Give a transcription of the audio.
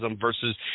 versus